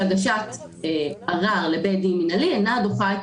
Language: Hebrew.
הגשת ערר לבית דין מינהלי אינה דוחה את